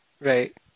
right